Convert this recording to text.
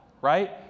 right